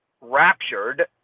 raptured